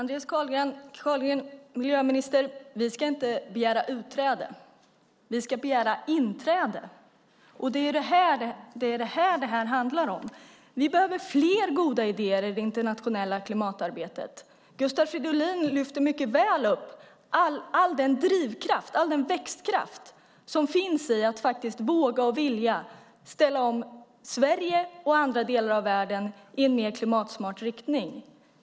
Fru talman! Miljöminister Andreas Carlgren! Vi ska inte begära utträde. Vi ska begära inträde. Det är det som det handlar om. Vi behöver fler goda idéer i det internationella klimatarbetet. Gustav Fridolin lyfter på ett bra sätt fram all den drivkraft och växtkraft som finns i att våga och vilja ställa om Sverige och andra delar av världen i en mer klimatsmart riktning.